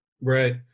Right